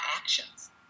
actions